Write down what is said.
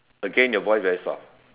again your voice very soft